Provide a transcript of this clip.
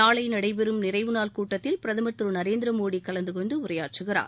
நாளை நடைபெறம் நிறைவுநாள் கூட்டத்தில் பிரதமர் திரு நரேந்திர மோடி கலந்து கொண்டு உரையாற்றுகிறார்